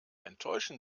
enttäuschen